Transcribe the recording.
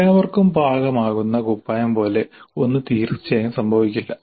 എല്ലാവർക്കും പാകമാകുന്ന കുപ്പായം പോലെ ഒന്ന് തീർച്ചയായും സംഭവിക്കില്ല